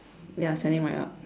ya standing right up